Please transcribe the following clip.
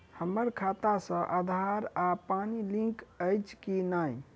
हम्मर खाता सऽ आधार आ पानि लिंक अछि की नहि?